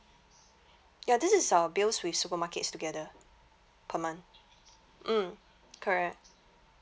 ya this is our bills with supermarkets together per month mm correct